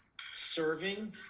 serving